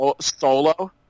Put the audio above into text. solo